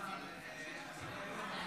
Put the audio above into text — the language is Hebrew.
אוקיי,